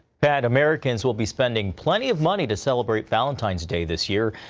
pat, americans will be spending plenty of money to celebrate valentine's day this year.